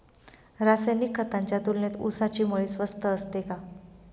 रासायनिक खतांच्या तुलनेत ऊसाची मळी स्वस्त असते का?